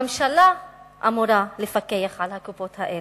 הממשלה אמורה לפקח על הקופות האלה,